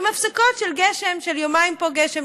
עם הפסקות של יומיים פה גשם,